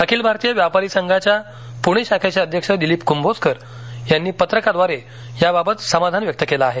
अखिल भारतीय व्यापारी संघाच्या पुणे शाखेचे अध्यक्ष दिलीप कुंभोजकर यांनी पत्रकाद्वारे याबाबत समाधान व्यक्त केलं आहे